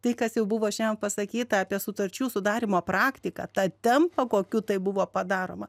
tai kas jau buvo šiandien pasakyta apie sutarčių sudarymo praktiką tą tempą kokiu tai buvo padaroma